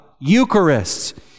Eucharist